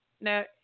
now